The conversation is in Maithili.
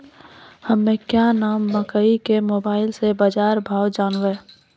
हमें क्या नाम मकई के मोबाइल से बाजार भाव जनवे?